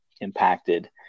impacted